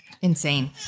Insane